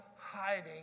hiding